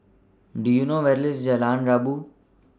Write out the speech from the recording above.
Do YOU know Where IS Jalan Rabu